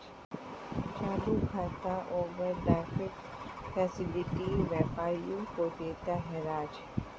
चालू खाता overdraft facility व्यापारियों को देता है राज